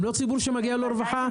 הם לא ציבור שמגיע לו רווחה?